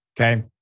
okay